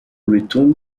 return